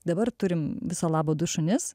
dabar turim viso labo du šunis